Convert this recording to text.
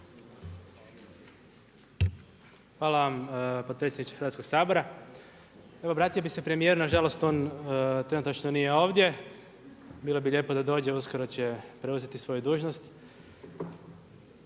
Hvala vam potpredsjedniče Hrvatskog sabora. Evo obratio bi se premijeru, nažalost on trenutačno nije ovdje, bilo bi lijepo da dođe, uskoro će preuzeti svoju dužnost.